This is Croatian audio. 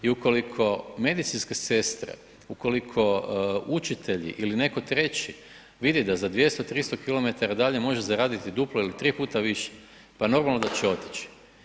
I ukoliko medicinske sestre, ukoliko učitelji ili netko treći vidi da za 200, 300 km dalje može zaraditi duplo ili 3x više pa normalno da će otići.